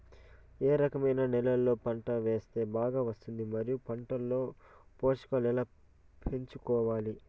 ఏ రకమైన నేలలో పంట వేస్తే బాగా వస్తుంది? మరియు పంట లో పోషకాలు ఎలా పెంచుకోవాలి?